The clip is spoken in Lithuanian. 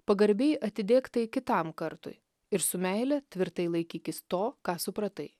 pagarbiai atidėk tai kitam kartui ir su meile tvirtai laikykis to ką supratai